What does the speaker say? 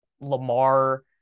Lamar